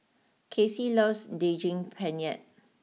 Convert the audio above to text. Kassie loves Daging Penyet